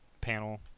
panel